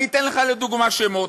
אני אתן לך לדוגמה שמות: